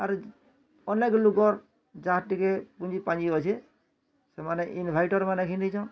ଆରେ ଅନେକ୍ ଲୋକର୍ ଯାହାର୍ ଟିକେ ପୁଞ୍ଜିପାଞ୍ଜି ଅଛି ସେମାନେ ଇନ୍ଭଟର୍ମାନ କିଣି ଦେଇଛନ୍